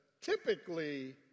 typically